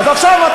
אתה עושה סיבוב.